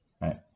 right